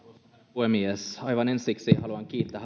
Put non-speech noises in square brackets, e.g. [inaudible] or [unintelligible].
puhemies aivan ensiksi haluan kiittää [unintelligible]